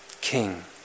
king